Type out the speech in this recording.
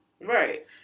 Right